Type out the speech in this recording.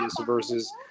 versus